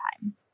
time